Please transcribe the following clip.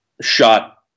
shot